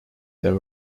there